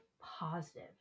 positive